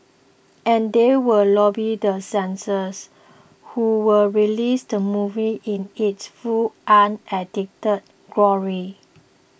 and they will lobby the censors who will release the movie in its full unedited glory